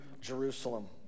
Jerusalem